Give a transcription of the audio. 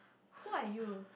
who are you